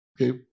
Okay